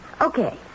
Okay